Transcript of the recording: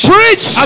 Preach